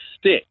stick